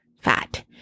fat